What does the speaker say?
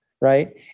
right